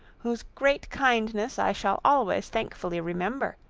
whose great kindness i shall always thankfully remember,